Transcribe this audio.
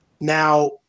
Now